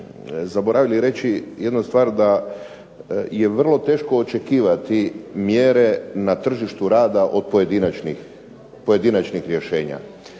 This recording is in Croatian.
zaboravili reći jednu stvar da je vrlo teško očekivati mjere na tržištu rada od pojedinačnih rješenja.